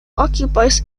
occupies